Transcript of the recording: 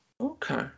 Okay